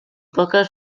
poques